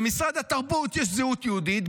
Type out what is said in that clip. במשרד התרבות יש זהות יהודית,